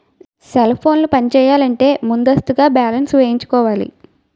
cell ఫోన్లు పనిచేయాలంటే ముందస్తుగా బ్యాలెన్స్ వేయించుకోవాలి